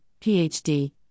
PhD